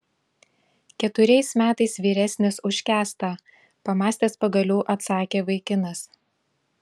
keturiais metais vyresnis už kęstą pamąstęs pagaliau atsakė vaikinas